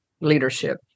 leadership